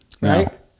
right